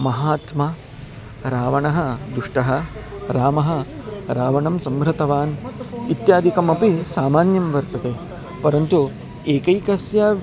महात्मा रावणः दुष्टः रामः रावणं संहृतवान् इत्यादिकमपि सामान्यं वर्तते परन्तु एकैकस्य